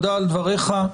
על הדברים,